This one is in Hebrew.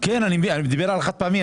הוא דיבר על החד-פעמי,